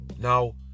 Now